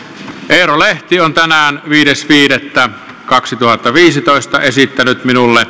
eero lehti on viides viidettä kaksituhattaviisitoista esittänyt